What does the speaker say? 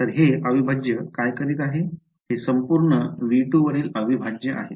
तर हे अविभाज्य काय करीत आहे हे संपूर्ण V2 वरील अविभाज्य आहे